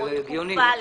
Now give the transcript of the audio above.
זה הגיוני.